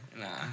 nah